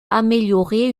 amélioré